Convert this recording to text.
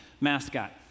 mascot